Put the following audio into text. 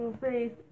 faith